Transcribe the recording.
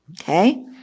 Okay